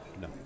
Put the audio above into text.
No